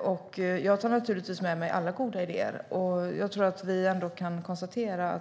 och jag tar naturligtvis med mig alla goda idéer.